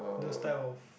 those type of